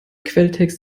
quelltext